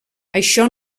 això